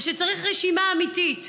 ושצריך רשימה אמיתית.